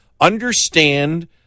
understand